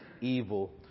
evil